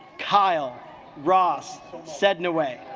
kyle ross said in a way